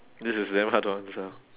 this is damn hard to answer